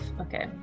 Okay